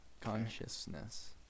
Consciousness